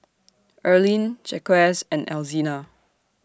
Erline Jacquez and Alzina